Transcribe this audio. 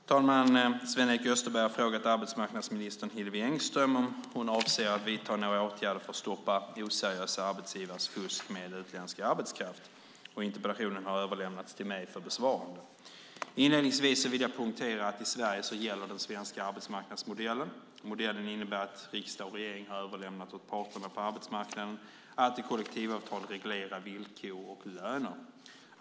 Herr talman! Sven-Erik Österberg har frågat arbetsmarknadsminister Hillevi Engström om hon avser att vidta några åtgärder för att stoppa oseriösa arbetsgivares fusk med utländsk arbetskraft. Interpellationen har överlämnats till mig för besvarande. Inledningsvis vill jag poängtera att i Sverige gäller den svenska arbetsmarknadsmodellen. Modellen innebär att riksdag och regering har överlämnat åt parterna på arbetsmarknaden att i kollektivavtal reglera villkor och löner.